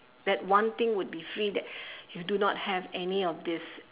that one thing would be free that you do not have any of these